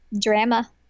drama